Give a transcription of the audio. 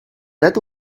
that